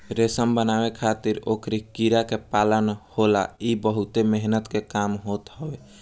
रेशम बनावे खातिर ओकरी कीड़ा के पालन होला इ बहुते मेहनत के काम होत हवे